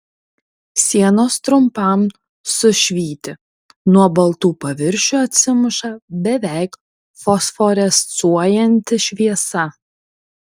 sienos trumpam sušvyti nuo baltų paviršių atsimuša beveik fosforescuojanti šviesa